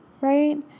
Right